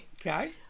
Okay